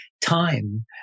time